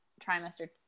trimester